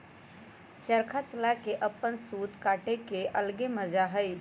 चरखा चला के अपन सूत काटे के अलगे मजा हई